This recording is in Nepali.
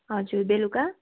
हजुर बेलुका